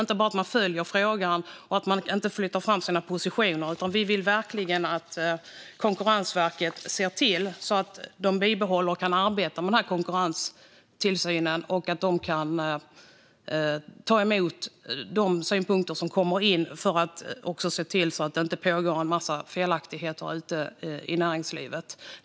Man ska inte bara följa frågan och flytta fram sina positioner. Vi vill att Konkurrensverket verkligen ser till att bibehålla och arbeta med konkurrenstillsynen och att man kan ta emot de synpunkter som kommer in, för att se till att det inte pågår en massa felaktigheter ute i näringslivet.